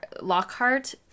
lockhart